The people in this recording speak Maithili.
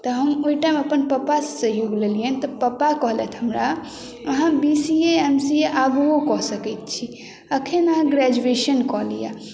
तऽ हम ओहि टाइम अपन पप्पासँ सहयोग लेलियनि तऽ पप्पा कहलथि हमरा अहाँ B C A M C A आगुओ कऽ सकैत छी एखन अहाँ ग्रेजुएशन कऽ लिअ